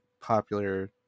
popular